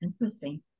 Interesting